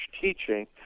teaching